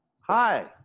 Hi